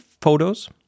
photos